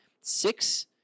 six